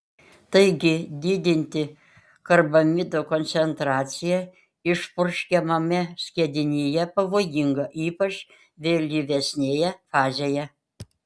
taigi didinti karbamido koncentraciją išpurškiamame skiedinyje pavojinga ypač vėlyvesnėje fazėje